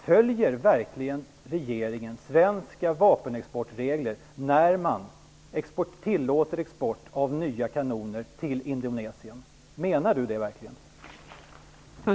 Följer verkligen regeringen svenska vapenexportregler när man tillåter export av nya kanoner till Indonesien? Menar Leif Pagrotsky verkligen det?